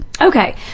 Okay